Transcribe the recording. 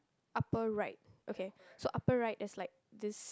upper right okay so upper right there's like this